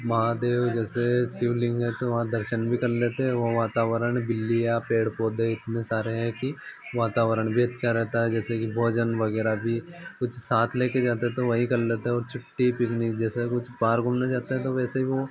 महादेव जैसे शिवलिंग है तो वहाँ दर्शन भी कर लेते हैं वो वातावरण बिल्लियाँ पेड़ पौधे इतने सारे हैं कि वातावरण भी अच्छा रहता है जैसे कि भोजन वगैरह भी कुछ साथ लेकर जाते तो वही कर लेते हैं और छुट्टी पिकनिक जैसे कुछ पार्क घूमने जाते हैं तो वैसे ही वो